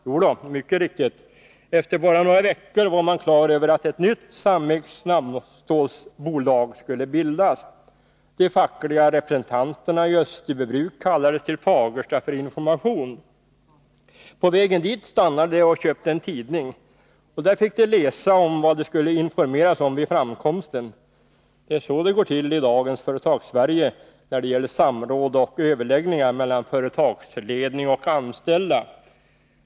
Jo då, mycket riktigt. Efter bara några veckor var man klar över att ett nytt samägt snabbstålsbolag skulle bildas. De fackliga representanterna i Österbybruk kallades till Fagersta för information. På vägen dit stannade de och köpte en tidning. Där fick de läsa om vad de skulle informeras om vid framkomsten. Det är så det går till i dagens Företagssverige när det gäller samråd och överläggningar mellan företagsledning och anställda.